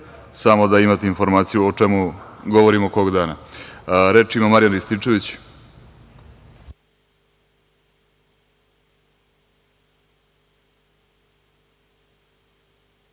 salu. Samo da imate informaciju o čemu govorimo kog dana. Reč ima Marijan Rističević.